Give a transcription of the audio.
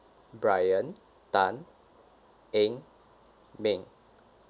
brian tan eng meng